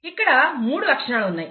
ఇక్కడ మూడు లక్షణాలు ఉన్నాయి